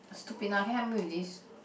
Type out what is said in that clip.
stupid lah can you help me with this